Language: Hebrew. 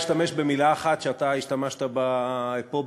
אשתמש במילה אחת שאתה השתמשת בה פה,